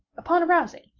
upon arousing,